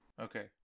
Okay